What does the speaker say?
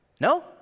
No